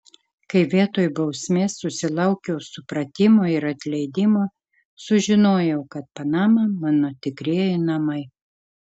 kai vietoj bausmės susilaukiau supratimo ir atleidimo sužinojau kad panama mano tikrieji namai